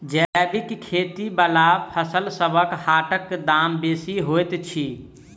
जैबिक खेती बला फसलसबक हाटक दाम बेसी होइत छी